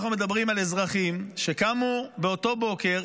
אנחנו מדברים על אזרחים שקמו באותו בוקר,